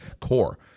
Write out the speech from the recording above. core